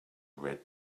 red